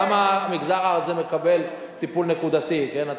למה המגזר הזה מקבל טיפול נקודתי, כן?